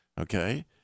okay